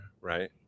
right